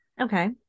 Okay